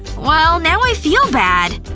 well, now i feel bad.